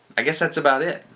i guess that's about it.